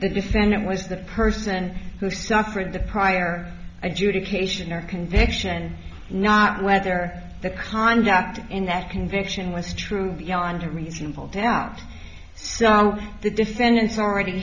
the defendant was the person who suffered the prior adjudication or conviction not whether the conduct in that conviction was true beyond a reasonable doubt so the defendant's already